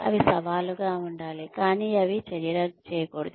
అవి సవాలుగా ఉండాలి కానీ అవి చర్యరద్దు చేయకూడదు